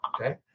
okay